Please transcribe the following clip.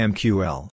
Mql